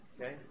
Okay